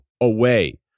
away